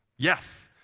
yes.